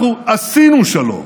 אנחנו עשינו שלום.